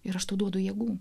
ir aš tau duodu jėgų